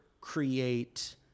create